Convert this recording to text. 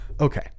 Okay